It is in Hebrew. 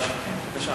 בבקשה,